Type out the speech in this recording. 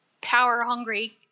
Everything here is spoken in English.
power-hungry